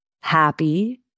happy